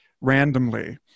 randomly